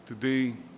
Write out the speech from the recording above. today